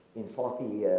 in forty